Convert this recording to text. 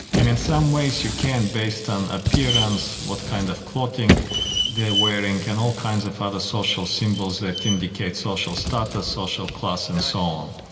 and in some ways you can based on appearance, what kind of clothing they are wearing, and all kinds of other social symbols that indicate social status, social class and so on.